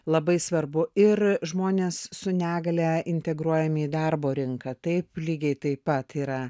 labai svarbu ir žmonės su negalia integruojami į darbo rinką taip lygiai taip pat yra